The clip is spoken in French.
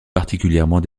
particulièrement